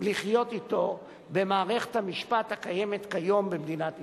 לחיות אתו במערכת המשפטית הקיימת כיום במדינת ישראל.